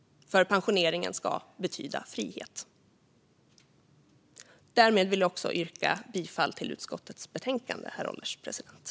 Pensioneringen ska betyda frihet. Därmed vill jag yrka bifall till utskottets förslag.